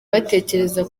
batekereza